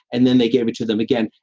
and then they gave it to them again.